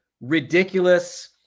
ridiculous